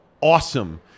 awesome